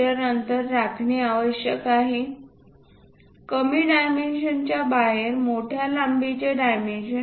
अंतर राखणे आवश्यक आहे कमी डायमेन्शनच्या बाहेर मोठ्या लांबीचे डायमेन्शन ठेवा